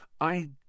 I